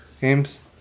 games